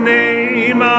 name